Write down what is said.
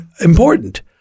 important